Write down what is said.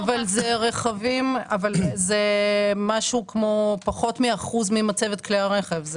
כן אבל זה משהו כמו פחות מאחוז ממצבת כלי הרכב,